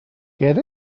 get